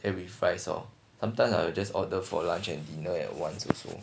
and with fries lor sometimes I will just order for lunch and dinner at once also